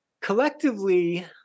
collectively